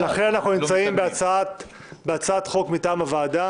לכן אנחנו נמצאים בהצעת חוק מטעם הוועדה